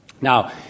Now